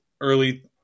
Early